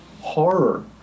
horror